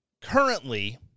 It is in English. currently